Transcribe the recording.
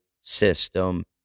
system